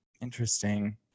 interesting